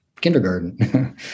kindergarten